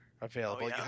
available